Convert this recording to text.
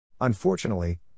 Unfortunately